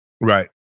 Right